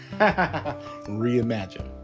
Reimagine